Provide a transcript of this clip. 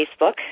Facebook